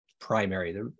primary